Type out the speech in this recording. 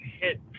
hit